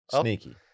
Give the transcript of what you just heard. sneaky